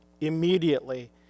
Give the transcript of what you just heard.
immediately